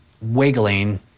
wiggling